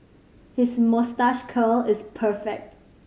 his moustache curl is perfect